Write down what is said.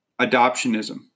adoptionism